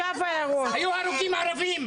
היו הרוגים ערבים.